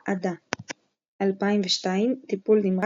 עדה 2002 – טיפול נמרץ,